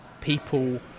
people